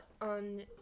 on